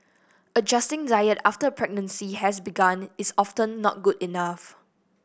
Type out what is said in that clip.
adjusting diet after a pregnancy has begun is often not good enough